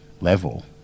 level